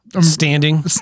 Standing